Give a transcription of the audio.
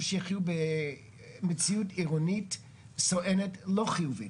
שהם יחיו מציאות עירונית סואנת ולא חיונית.